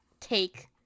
Take